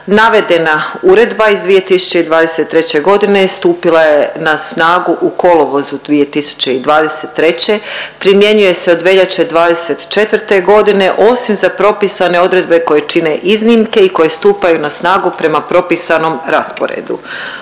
Navedena uredba iz 2023.g. stupila je na snagu u kolovozu 2023., primjenjuje se od veljače '24.g. osim za propisane odredbe koje čine iznimke i koje stupaju na snagu prema propisanom rasporedu.